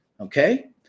okay